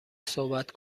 صحبت